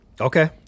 Okay